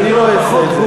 בסדר, אני לא אעשה את זה.